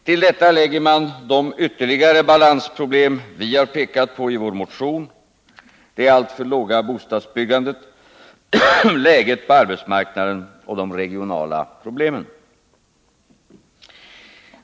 Till detta lägger man de ytterligare balansproblem vi pekat på i vår motion: det alltför låga bostadsbyggandet, läget på arbetsmarknaden och de regionala problemen.